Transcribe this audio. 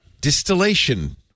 distillation